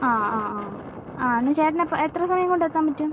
ആ ആ ആ ആ എന്നാൽ ചേട്ടൻ എപ്പോൾ എത്ര സമയം കൊണ്ട് എത്താൻ പറ്റും